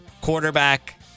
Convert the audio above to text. Quarterback